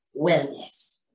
wellness